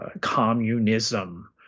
communism